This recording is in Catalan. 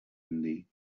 indi